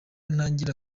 ntangira